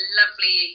lovely